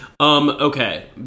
okay